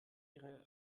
ihre